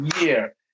year